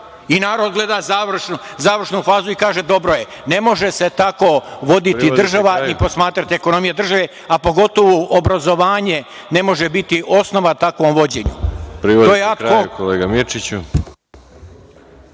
I narod gleda završnu fazu i kaže - dobro je. Ne može se tako voditi država i posmatrati ekonomija države, a pogotovo obrazovanje ne može biti osnova takvom vođenju.